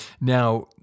Now